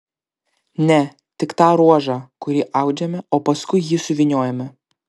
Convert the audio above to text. ne tik tą ruožą kurį audžiame o paskui jį suvyniojame